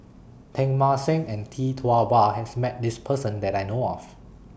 Teng Mah Seng and Tee Tua Ba has Met This Person that I know of